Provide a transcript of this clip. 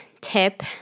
tip